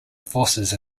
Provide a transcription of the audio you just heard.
forces